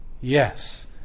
Yes